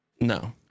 No